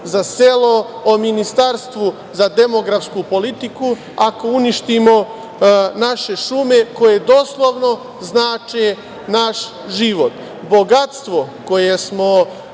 za selo, o Ministarstvu za demografsku politiku ako uništimo naše šume koje doslovno znače naš život? Bogatstvo koje smo